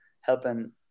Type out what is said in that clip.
helping